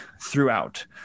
throughout